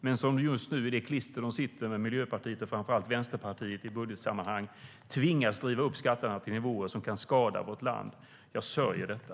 Men just nu, i det klister som de sitter i med Miljöpartiet och framför allt Vänsterpartiet i budgetsammanhang, tvingas de driva upp skatterna till nivåer som kan skada vårt land. Jag sörjer detta.